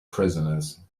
prisoners